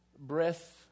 breath